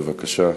בבקשה.